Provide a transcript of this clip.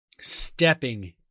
Stepping